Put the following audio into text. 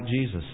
Jesus